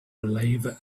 live